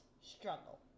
struggle